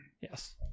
Yes